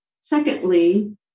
Secondly